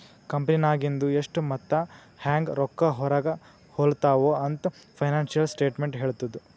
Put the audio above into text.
ಕಂಪೆನಿನಾಗಿಂದು ಎಷ್ಟ್ ಮತ್ತ ಹ್ಯಾಂಗ್ ರೊಕ್ಕಾ ಹೊರಾಗ ಹೊಲುತಾವ ಅಂತ್ ಫೈನಾನ್ಸಿಯಲ್ ಸ್ಟೇಟ್ಮೆಂಟ್ ಹೆಳ್ತುದ್